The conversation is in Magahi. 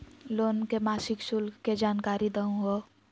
लोन के मासिक शुल्क के जानकारी दहु हो?